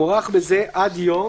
מוארך בזה עד יום